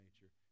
nature